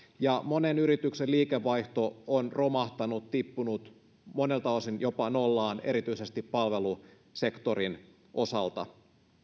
ja monen yrityksen liikevaihto on romahtanut tippunut monelta osin jopa nollaan erityisesti palvelusektorin osalta